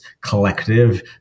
collective